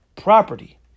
property